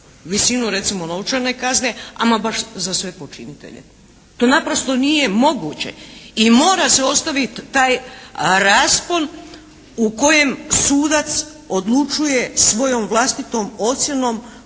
Visinu recimo novčane kazne ama baš za sve počinitelje. To naprosto nije moguće. I mora se ostaviti taj raspon u kojem sudac odlučuje svojom vlastitom ocjenom